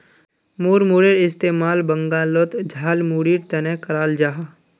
मुड़मुड़ेर इस्तेमाल बंगालोत झालमुढ़ीर तने कराल जाहा